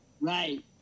Right